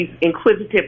inquisitive